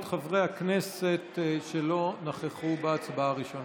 חברי הכנסת שלא נכחו בהצבעה הראשונה.